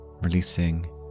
Releasing